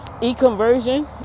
e-conversion